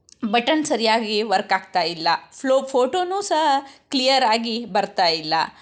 button ಸರಿಯಾಗಿ work ಆಗ್ತಾಯಿಲ್ಲ ಫ್ಲೋ ಫೋಟೋನು ಸಹ ಕ್ಲಿಯರ್ ಆಗಿ ಬರ್ತಾಯಿಲ್ಲ